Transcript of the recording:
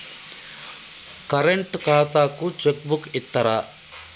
Current ఖాతాకు cheque book ఇత్తరా?